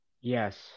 Yes